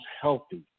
healthy